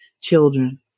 children